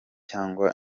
cyangwa